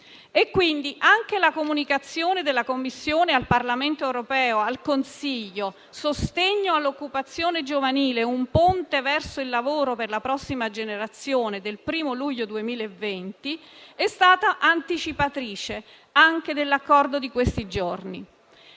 europeo. La comunicazione della Commissione al Parlamento europeo e al Consiglio «Sostegno all'occupazione giovanile - Un ponte verso il lavoro per la prossima generazione» del 1° luglio 2020 è stata anticipatrice dell'Accordo di questi giorni.